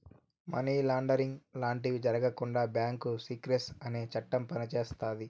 money laundering లాంటివి జరగకుండా bank secrecy అనే చట్టం పనిచేస్తాది